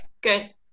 Good